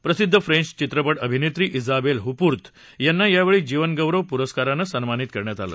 प्रसिद्ध फ्रेंच चित्रपट अभिनेत्री जावेल हुपर्त यांना यावेळी जीवनगौरव पुरस्कारानं सन्मानित करण्यात आलं